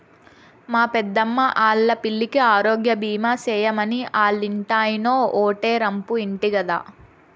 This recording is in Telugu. మా పెద్దమ్మా ఆల్లా పిల్లికి ఆరోగ్యబీమా సేయమని ఆల్లింటాయినో ఓటే రంపు ఇంటి గదా